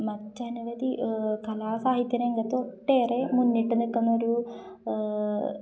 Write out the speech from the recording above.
മറ്റനവധി കലാ സാഹിത്യ രംഗത്ത് ഒട്ടേറെ മുന്നിട്ട് നിൽക്കുന്ന ഒരു